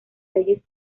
reyes